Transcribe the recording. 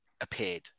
appeared